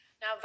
Now